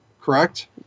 Correct